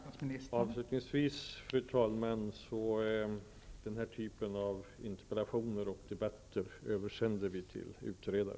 Fru talman! Avslutningsvis vill jag säga att vi till utredaren översänder denna typ av interpellationer och interpellationsdebatter.